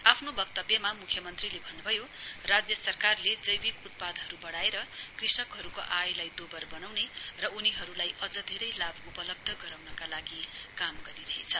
आफ्नो वक्तव्यमा म्ख्यमन्त्रीले भन्न्भयो राज्य सरकारले जैविक उत्पादहरू बढाएर कृषकहरूको आयलाई दोवर र उनीहरूलाई अझ धेरै लाख उपलब्ध गराउनका लागि काम गरिरहेछ